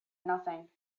nothing